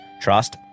trust